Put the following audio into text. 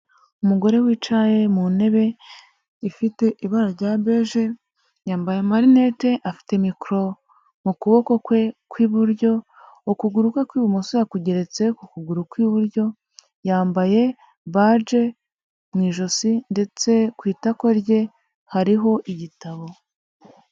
Umugore wicaye mu ntebe ifite ibara rya beje, yambaye amarinete, afite mikoro mu kuboko kwe kw'iburyo, ukuguru kwe kw'ibumoso yakugeretse ku kuguru kw'iburyo, yambaye baji mu ijosi ndetse ku itako rye hariho igitabo.